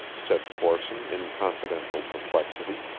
said corson in confidential perplexity.